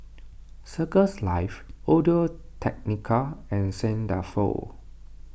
Circles Life Audio Technica and Saint Dalfour